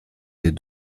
des